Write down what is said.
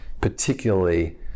particularly